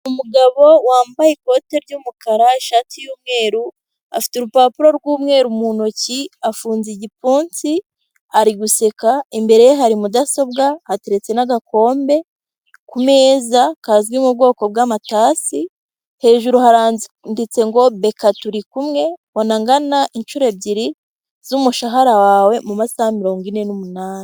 Umugabo wambaye ikote ry'umukara, ishati y'umweru, afite urupapuro rw'umweru mu ntoki, afunze igipfunsi, ari guseka imbere ye hari mudasobwa hateretse n'agakombe ku meza kazwi mu bwoko bw'amatasi, hejuru haranditse ngo BK turi kumwe, bona angana inshuro ebyiri z'umushahara wawe mu masaha mirongo ine n'umunani.